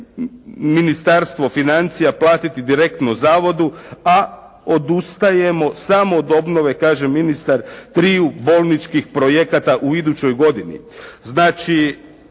Ministarstvo financija platiti direktno zavodu a odustajemo samo od obnove, kaže ministar triju bolničkih projekata u idućoj godini. Znači